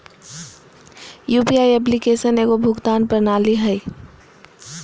UPI application एगो भुगतान प्रणाली हइ